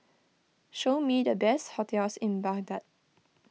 show me the best hotels in Baghdad